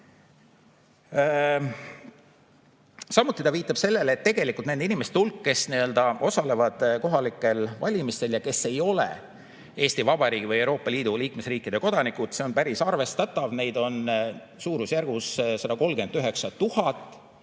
Samuti viitab ta sellele, et tegelikult nende inimeste hulk, kes nii-öelda osalevad kohalikel valimistel ja kes ei ole Eesti Vabariigi ega Euroopa Liidu liikmesriikide kodanikud, on päris arvestatav. Neid on suurusjärgus 139 000